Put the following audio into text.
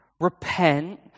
repent